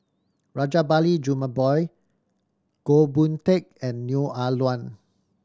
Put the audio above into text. Rajabali Jumabhoy Goh Boon Teck and Neo Ah Luan